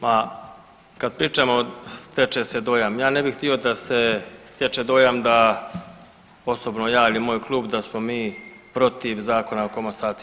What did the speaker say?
Ma kad pričamo stječe se dojam, ja ne bih htio da se stječe dojam da osobno ja ili moj klub da smo mi protiv Zakona o komasaciji.